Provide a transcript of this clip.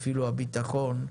אפילו הביטחון.